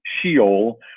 sheol